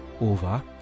over